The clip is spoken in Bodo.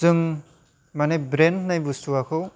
जों माने ब्रेन्ड होन्नाय बुस्थुआखौ